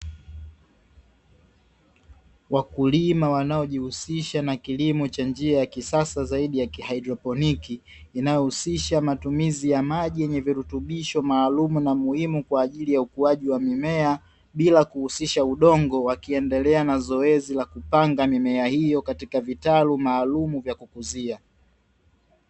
Wakulima wanaojihusisha na kilimo cha njia ya kisasa zaidi, cha kihaidroponiki, inayohusisha matumizi ya maji yenye virutubisho maalumu na muhimu kwa ajili ya ukuaji wa mimea bila kuhusisha udongo, wakiendelea na zoezi kupanga mimea hiyo katika vitalu maalumu vya kukuzia.